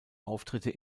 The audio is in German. auftritte